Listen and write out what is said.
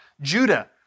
Judah